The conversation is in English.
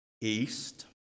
East